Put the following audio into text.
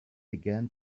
began